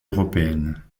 européennes